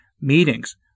meetings